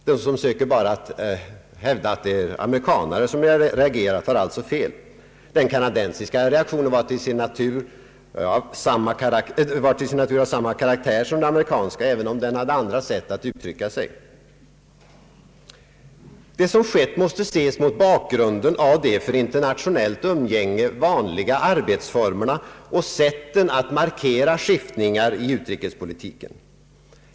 Den som försöker hävda att det bara är amerikaner som reagerat tar alltså fel. Den kanadensiska reaktionen var till sin natur av samma karaktär som den amerikanska, även om den hade andra sätt att uttrycka sig. Det som skett måste ses mot bakgrunden av de för internationellt umgänge vanliga arbetsformerna och sätten att markera skiftningar i utrikespolitiken.